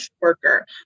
worker